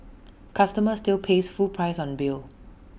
customer still pays full price on bill